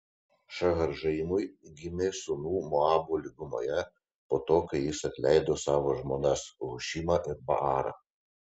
šaharaimui gimė sūnų moabo lygumoje po to kai jis atleido savo žmonas hušimą ir baarą